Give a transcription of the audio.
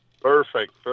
perfect